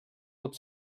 pot